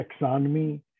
taxonomy